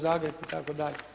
Zagreb itd.